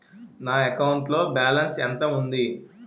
నా అకౌంట్ లో బాలన్స్ ఎంత ఉంది?